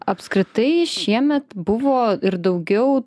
apskritai šiemet buvo ir daugiau